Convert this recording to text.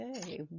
Okay